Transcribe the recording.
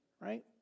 right